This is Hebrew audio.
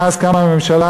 מאז קמה הממשלה,